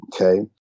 Okay